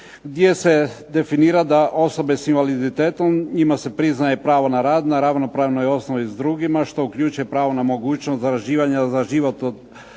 gdje se definira da osobe s invaliditetom njima se priznaje pravo na rad na radno pravnoj osnovi s drugima što uključuje pravo na mogućnost zarađivanja za život od